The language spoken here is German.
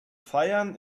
feiern